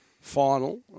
final